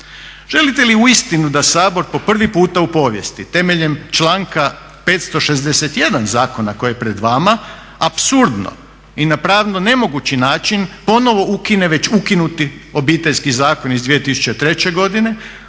Želi li uistinu da Sabor po prvi puta u povijesti temeljem članka 561.zakona koji je pred vama, apsurdno i na pravno nemogući način ponovo ukine već ukinuti Obiteljski zakon iz 2003.godine